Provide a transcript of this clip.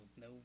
No